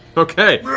okay.